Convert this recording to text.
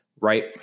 right